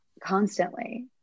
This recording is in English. constantly